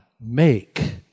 make